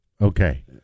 Okay